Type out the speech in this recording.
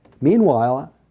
Meanwhile